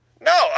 No